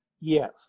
Yes